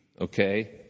okay